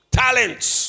talents